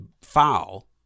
foul